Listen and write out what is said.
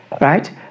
right